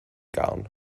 gown